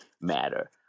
matter